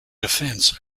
defense